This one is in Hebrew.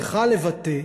צריכה לבטא,